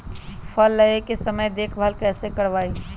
फल लगे के समय देखभाल कैसे करवाई?